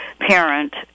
parent